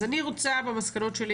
אז אני רוצה במסקנות שלי,